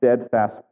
steadfast